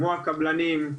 כמו הקבלנים,